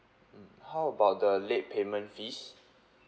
how about the late payment fees